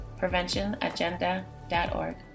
PreventionAgenda.org